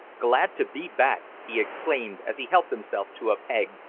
glad to be back! he exclaimed, as he helped himself to a peg.